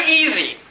easy